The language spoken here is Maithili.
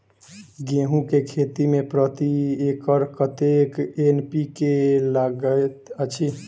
गेंहूँ केँ खेती मे प्रति एकड़ कतेक एन.पी.के लागैत अछि?